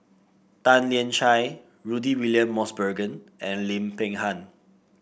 Tan Lian Chye Rudy William Mosbergen and Lim Peng Han